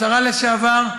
השרה לשעבר,